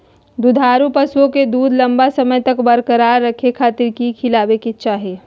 दुधारू पशुओं के दूध लंबा समय तक बरकरार रखे खातिर की खिलावे के चाही?